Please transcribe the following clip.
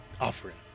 offering